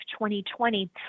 2020